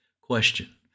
Question